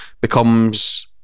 becomes